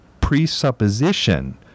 presupposition